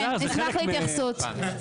נשמח להתייחסות.